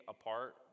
apart